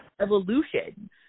evolution